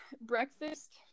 Breakfast